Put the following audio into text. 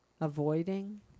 avoiding